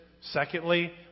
Secondly